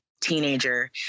teenager